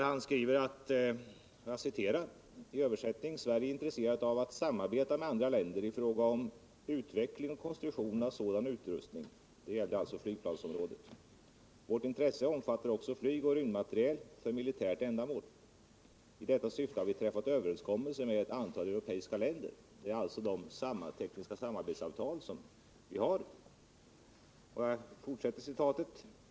Han skriver, i översättning: ”Sverige är intresserat av att samarbeta med andra länder i fråga om utvecklingen och konstruktion av sådan utrustning.” Det gällde flygplansområdet. ”Vårt intresse omfattar också flygoch rymdmateriel för militära ändamål. I detta syfte har vi träffat överenskommelse med ett antal europeiska länder.” Det gäller alltså de tekniska samarbetsavtal vi har.